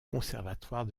conservatoire